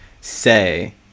say